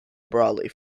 brolly